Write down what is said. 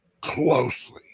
closely